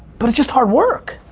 but it's just hard work.